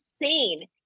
insane